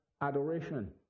adoration